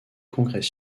congrès